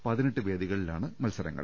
പതിനെട്ട് വേദികളിലാണ് മത്സരങ്ങൾ